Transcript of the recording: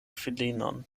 filinon